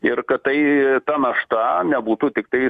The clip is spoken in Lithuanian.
ir kad tai ta našta nebūtų tiktai